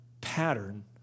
pattern